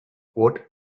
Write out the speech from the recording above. what